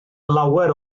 lawer